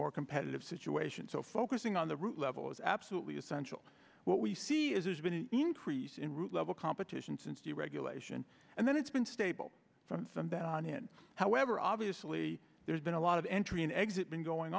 more competitive situation so focusing on the root level is absolutely essential what we see is there's been an increase in root level competition since deregulation and then it's been stable for them down in however obviously there's been a lot of entry and exit been going